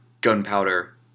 gunpowder